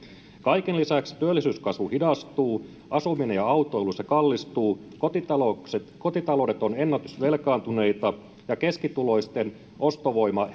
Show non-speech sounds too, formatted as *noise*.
kaiken lisäksi työllisyyskasvu hidastuu asuminen ja autoilu kallistuvat kotitaloudet kotitaloudet ovat ennätysvelkaantuneita ja keskituloisten ostovoima *unintelligible*